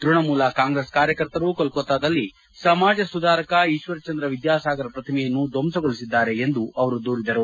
Trinamool Congress ಕಾರ್ಯಕರ್ತರು ಕೋಲ್ಕತ್ತಾದಲ್ಲಿ ಸಮಾಜ ಸುಧಾರಕ ಈಶ್ವರ ಚಂದ್ರ ವಿದ್ಯಾಸಾಗರ್ ಪ್ರತಿಮೆಯನ್ನು ದ್ಜಂಸಗೊಳಿಸಿದ್ದಾರೆ ಎಂದು ದೂರಿದರು